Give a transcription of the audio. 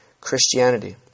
Christianity